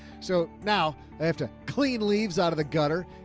so now i have to clean leaves out of the gutter,